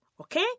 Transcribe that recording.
Okay